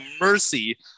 mercy